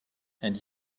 and